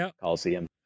coliseum